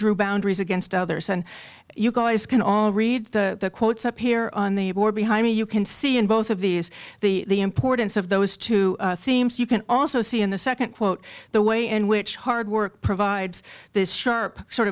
drew boundaries against others and you guys can all read the quotes up here on the board behind me you can see in both of these the importance of those two themes you can also see in the second quote the way in which hard work provides this sharp sort